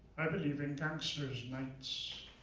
i believe in gangster's nights.